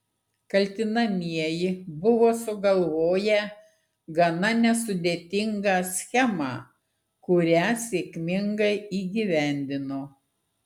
kaltinamieji buvo sugalvoję gana nesudėtingą schemą kurią sėkmingai įgyvendino